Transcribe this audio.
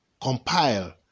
compile